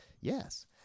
Yes